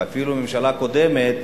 ואפילו ממשלה קודמת,